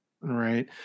right